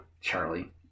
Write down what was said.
Charlie